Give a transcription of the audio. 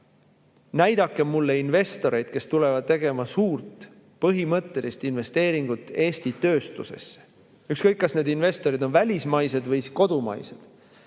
näidake mulle investoreid, kes tulevad tegema suurt põhimõttelist investeeringut Eesti tööstusesse. Ükskõik, kas investor on välismaine või kodumaine,